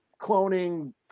cloning